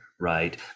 right